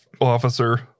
officer